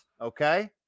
okay